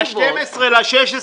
בדצמבר 2016,